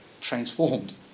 transformed